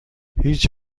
هیچ